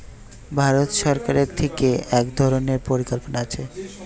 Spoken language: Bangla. ভারত সরকার থিকে এক ধরণের পরিকল্পনা আছে